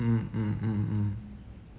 mm mm mm mm